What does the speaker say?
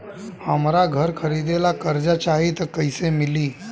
हमरा घर खरीदे ला कर्जा चाही त कैसे मिली?